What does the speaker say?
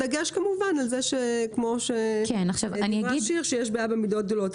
הדגש הוא כמובן על כך שיש בעיה במידות גדולות,